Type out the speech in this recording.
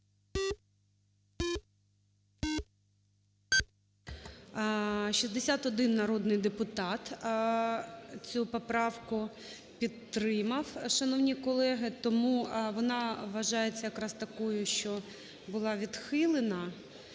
61 народний депутат цю поправку підтримав, шановні колеги. Тому вона вважається якраз такою, що була відхилена,